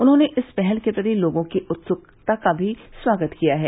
उन्होंने इस पहल के प्रति लोगों की उत्सुकता का भी स्वागत किया है